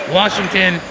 washington